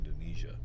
Indonesia